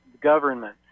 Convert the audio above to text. government